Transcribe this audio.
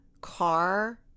car